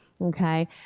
okay